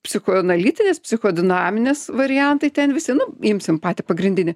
psichoanalitinės psicho dinaminės variantai ten visi imsim patį pagrindinį